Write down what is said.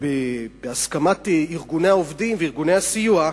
ובהסכמת ארגוני העובדים וארגוני הסיוע,